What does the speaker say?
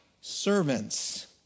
servants